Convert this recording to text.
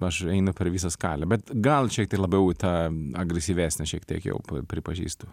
aš einu per visą skalę bet gal šiek tiek labiau į tą agresyvesnę šiek tiek jau pripažįstu